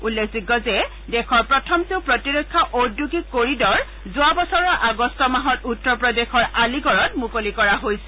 উল্লেখযোগ্য যে দেশৰ প্ৰথমটো প্ৰতিৰক্ষা ওঁদ্যোগিক কৰিডৰ যোৱা বছৰৰ আগষ্ট মাহত উত্তৰ প্ৰদেশৰ আলিগড়ত মুকলি কৰা হৈছিল